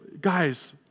guys